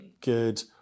good